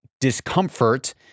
discomfort